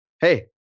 hey